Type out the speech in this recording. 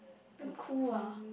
damn cool ah